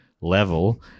Level